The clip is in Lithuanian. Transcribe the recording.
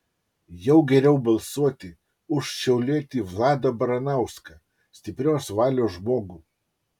jau geriau balsuoti už šiaulietį vladą baranauską stiprios valios žmogų